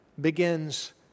begins